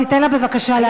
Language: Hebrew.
תיתן לה בבקשה להשלים.